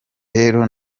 rero